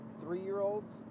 three-year-olds